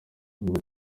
ibi